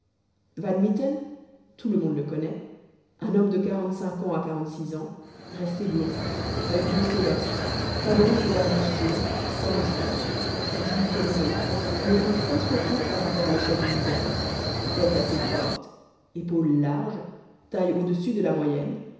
van mitten tout le monde le connaît un homme de quarante-cinq à quarante-six ans resté blond oeil bleu céleste favoris et barbiche jaunes sans moustaches joues colorées nez un peu trop court par rapport à l'échelle du visage tête assez forte épaules larges taille au-dessus de la moyenne